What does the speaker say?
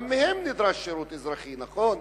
גם מהם נדרש שירות אזרחי, נכון?